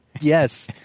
Yes